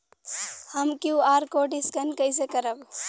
हम QR code scan कइसे करब?